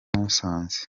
musanze